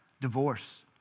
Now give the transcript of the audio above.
Divorce